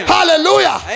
Hallelujah